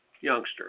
youngster